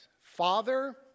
Father